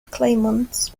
claimants